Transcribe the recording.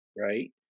right